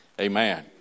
Amen